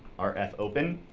are fopen